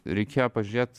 reikėjo pažiūrėt